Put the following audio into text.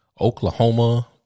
Oklahoma